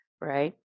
right